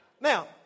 Now